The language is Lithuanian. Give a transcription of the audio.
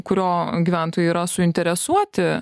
kurio gyventojai yra suinteresuoti